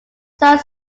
some